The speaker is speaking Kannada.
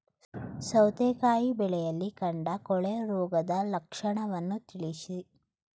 ಸೌತೆಕಾಯಿ ಬೆಳೆಯಲ್ಲಿ ಕಾಂಡ ಕೊಳೆ ರೋಗದ ಲಕ್ಷಣವನ್ನು ತಿಳಿಸಿ?